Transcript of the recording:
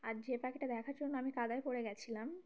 আর যে পাখিটা দেখার জন্য আমি কাদায় পড়ে গিয়েছিলাম